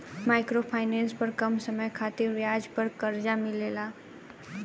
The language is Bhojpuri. माइक्रो फाइनेंस पर कम समय खातिर ब्याज पर कर्जा मिलेला